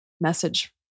message